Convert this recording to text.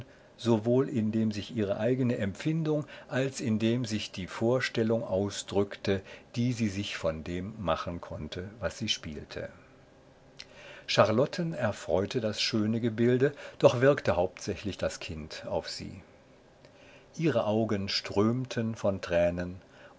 sowohl indem sich ihre eigene empfindung als indem sich die vorstellung ausdrückte die sie sich von dem machen konnte was sie spielte charlotten erfreute das schöne gebilde doch wirkte hauptsächlich das kind auf sie ihre augen strömten von tränen